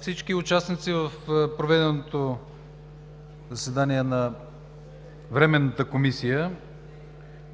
Всички участници в проведеното заседание на Временната комисия